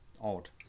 odd